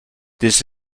this